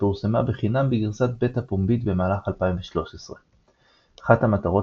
שפורסמה בחינם בגרסת בטא פומבית במהלך 2013. אחת מהמטרות